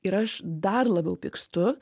ir aš dar labiau pykstu